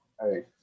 hey